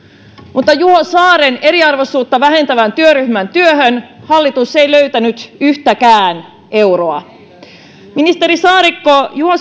mutta juho saaren eriarvoisuutta vähentävän työryhmän työhön hallitus ei löytänyt yhtäkään euroa ministeri saarikko juho